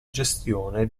gestione